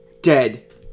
dead